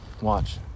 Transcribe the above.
Watch